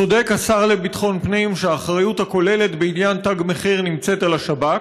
צודק השר לביטחון פנים שהאחריות הכוללת בעניין תג מחיר נמצאת על השב"כ,